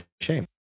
shame